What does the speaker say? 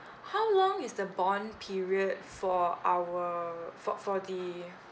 how long is the bond period for our for for the